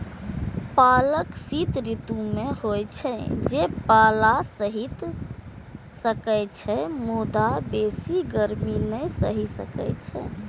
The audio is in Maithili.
पालक शीत ऋतु मे होइ छै, जे पाला सहि सकै छै, मुदा बेसी गर्मी नै सहि सकै छै